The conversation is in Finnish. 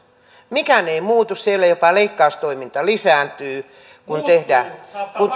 mikään ei muutu siellä jopa leikkaustoiminta lisääntyy